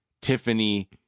tiffany